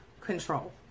Control